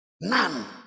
None